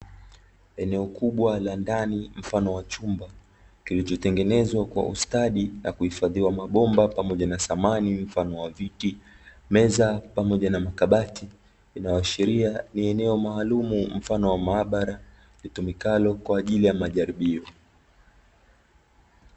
Eneo kubwa la ndani mfano wa chumba kilicho tengenezwa kwa ustadi, na kuhifadhiwa mabomba pamoja na samani mfano wa: viti, meza pamoja na makabati. Linaloashiria ni eneo maalumu mfano wa maabara, litumikalo kwa ajili ya majaribio.